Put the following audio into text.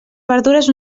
verdures